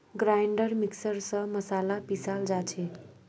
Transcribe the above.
grinder mixer स मसाला पीसाल जा छे